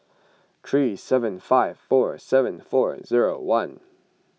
three seven five four seven four zero one